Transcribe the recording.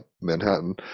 Manhattan